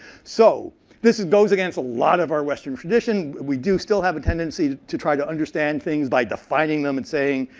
so this goes against a lot of our western traditions. we do still have a tendency to try to understand things by defining them and saying,